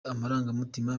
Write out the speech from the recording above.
amarangamutima